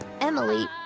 Emily